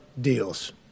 deals